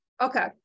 Okay